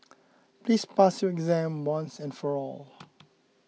please pass your exam once and for all